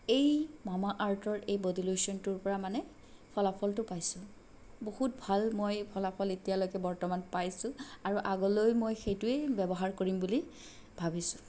এই মামা আৰ্থৰ এই ব'ডী লোচনটোৰ পৰা মানে ফলাফলতো পাইছোঁ বহুত ভাল মই ফলাফল এতিয়ালৈকে বৰ্তমান পাইছোঁ আৰু আগলৈও মই সেইটোৱেই ব্যৱহাৰ কৰিম বুলি ভাবিছোঁ